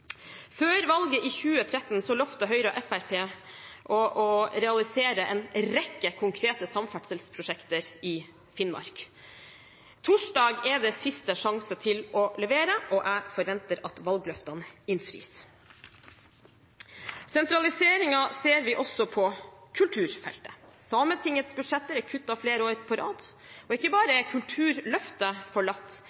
Før valget i 2013 lovet Høyre og Fremskrittspartiet å realisere en rekke konkrete samferdselsprosjekter i Finnmark. Torsdag er det siste sjanse til å levere, og jeg forventer at valgløftene innfris. Sentraliseringen ser vi også på kulturfeltet. Sametingets budsjett er kuttet flere år på rad, og ikke bare